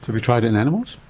have you tried it in animals?